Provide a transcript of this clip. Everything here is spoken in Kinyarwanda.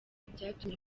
byatumye